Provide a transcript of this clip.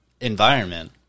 environment